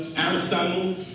Aristotle